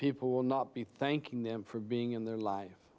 people will not be thanking them for being in their life